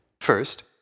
First